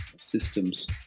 systems